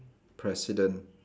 president